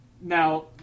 Now